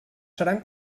seran